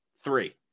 three